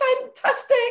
fantastic